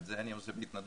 את זה אני עושה בהתנדבות.